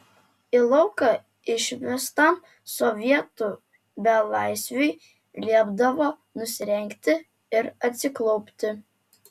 į lauką išvestam sovietų belaisviui liepdavo nusirengti ir atsiklaupti